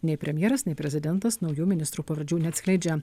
nei premjeras nei prezidentas naujų ministrų pavardžių neatskleidžia